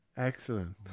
Excellent